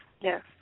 yes